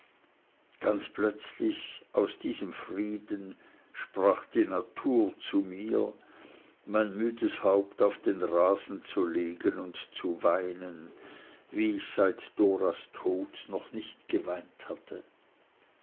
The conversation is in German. ganz plötzlich aus diesem frieden sprach die natur zu mir mein müdes haupt auf den rasen zu legen und zu weinen wie ich seit doras tod noch nicht geweint hatte